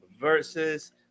versus